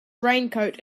raincoat